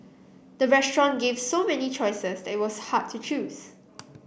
the restaurant gave so many choices that it was hard to choose